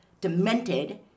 demented